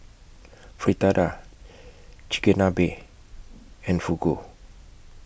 Fritada Chigenabe and Fugu